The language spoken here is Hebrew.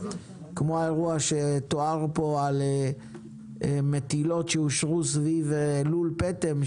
כמו האירוע שתואר פה על מטילות שאושרו סביב לול פטם,